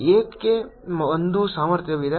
ಏಕೆ ಒಂದು ಸಾಮರ್ಥ್ಯವಿದೆ